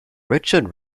richard